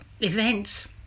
events